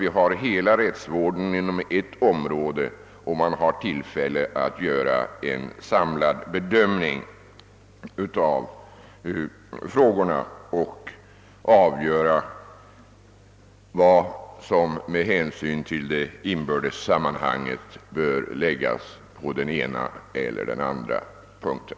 Vi har nu hela rättsvården inom ett område, så att vi kan göra en samlad bedömning av frågorna och avgöra vad som med hänsyn till det inbördes sammanhanget bör läggas på det ena eller på det andra avsnittet.